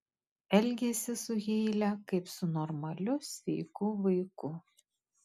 elgiasi su heile kaip su normaliu sveiku vaiku